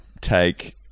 take